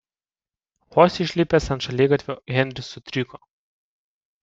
vos išlipęs ant šaligatvio henris sutriko